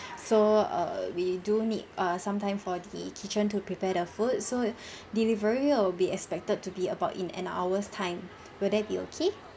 so err we do need err some time for the kitchen to prepare the food so delivery will be expected to be about in an hour time will that be okay